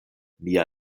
mia